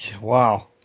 Wow